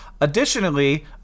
Additionally